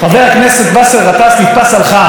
תפסו אותו על חם מבריח את הפלאפונים,